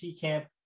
camp